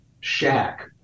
shack